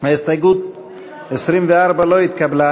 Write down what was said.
ההסתייגות 24 לא התקבלה.